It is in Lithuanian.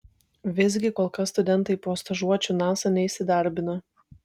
visgi kol kas studentai po stažuočių nasa neįsidarbino